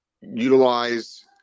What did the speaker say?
utilize